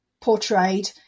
portrayed